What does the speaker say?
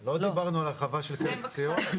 לא דיברנו על הרחבה של כלא קציעות.